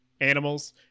animals